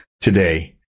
today